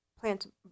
plant